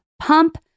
Pump